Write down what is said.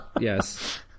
Yes